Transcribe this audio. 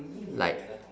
like